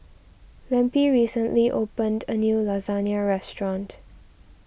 Lempi recently opened a new Lasagna restaurant